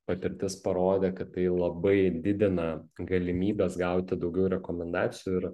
patirtis parodė kad tai labai didina galimybes gauti daugiau rekomendacijų ir